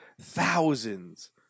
thousands